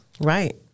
Right